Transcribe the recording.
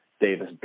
Davis